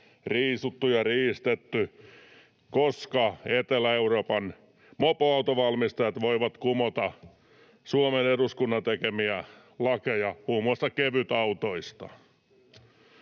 riisuttu ja riistetty — Etelä-Euroopan mopoautonvalmistajat voivat kumota Suomen eduskunnan tekemiä lakeja muun muassa kevytautoista.